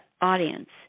audience